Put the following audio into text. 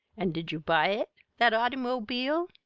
an' did you buy it that autymobile?